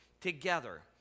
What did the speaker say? Together